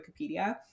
Wikipedia